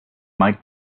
might